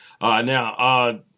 Now